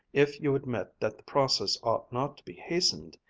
if you admit that the process ought not to be hastened,